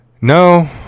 No